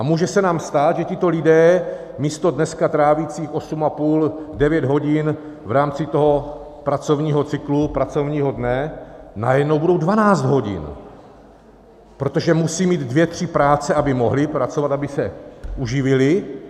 A může se nám stát, že tito lidé místo dneska trávící 8,59 hodin v rámci pracovního cyklu pracovního dne najednou budou 12 hodin, protože musejí mít dvě tři práce, aby mohli pracovat, aby se uživili.